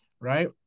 Right